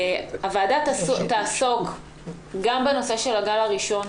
הוועדה תעסוק גם בנושא של הגל הראשון,